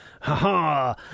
ha-ha